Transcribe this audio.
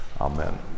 Amen